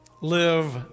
live